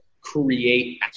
create